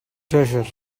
treasure